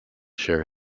share